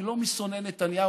אני לא משונאי נתניהו,